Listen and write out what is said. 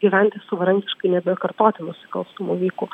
gyventi savarankiškai nebekartoti nusikalstamų veikų